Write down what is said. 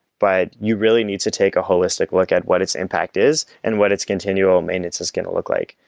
but you really need to take a holistic look at what its impact is, and what its continual maintenance is going to look like,